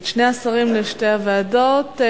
את שני השרים לשתי הוועדות?